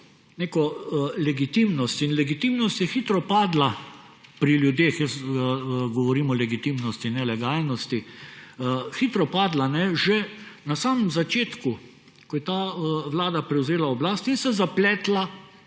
neko legitimnost. In legitimnost je hitro padla pri ljudeh – jaz govorim o legitimnosti, ne legalnosti – hitro padla že na samem začetku, ko je ta vlada prevzela oblast in se zapletla